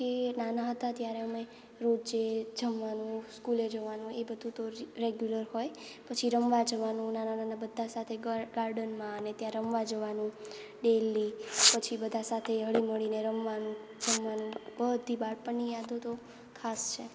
નાના હતા ત્યારે અમે રોજે જમવાનું સ્કૂલે જવાનું એ બધું તો રેગ્યુલર હોય પછી રમવા જવાનું નાના નાના બધા સાથે ગાર્ડનમાં ને ત્યાં રમવા જવાનું ડેલી પછી બધા સાથે હળીમળીને રમવાનું જમવાનું બધી બાળપણની યાદો તો ખાસ છે